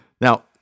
Now